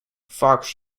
fox